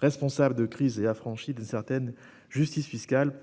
responsable de crises et affranchie d'une certaine justice fiscale,